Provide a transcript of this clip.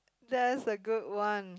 that's a good one